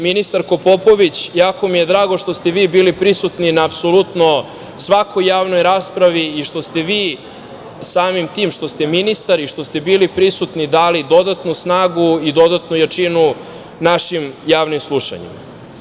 Ministarko Popović, jako mi je drago što ste vi bili prisutni na apsolutno svakoj javnoj raspravi i što ste vi, samim tim što ste ministar i što ste bili prisutni, dali dodatnu snagu i dodatnu jačinu našim javnim slušanjima.